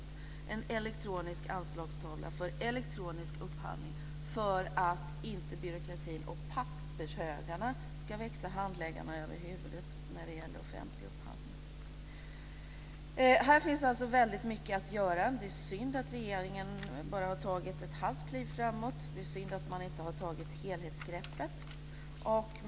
Det måste finnas en elektronisk anslagstavla för elektronisk upphandling för att inte byråkratin och pappershögarna ska växa handläggarna över huvudet när det gäller offentlig upphandling. Här finns alltså mycket att göra. Det är synd att regeringen bara har tagit ett halvt kliv framåt. Det är synd att man inte har tagit ett helhetsgrepp.